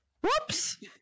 Whoops